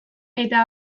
eta